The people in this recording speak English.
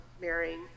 marrying